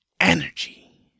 energy